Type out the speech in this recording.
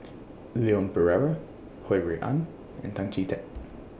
Leon Perera Ho Rui An and Tan Chee Teck